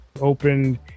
opened